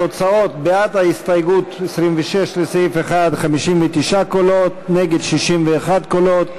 התוצאות: בעד ההסתייגות, 59 קולות, נגד, 61 קולות.